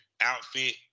outfit